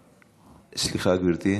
סליחה, גברתי?